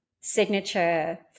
signature